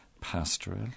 pastoral